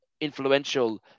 influential